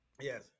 yes